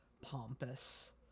pompous